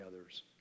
others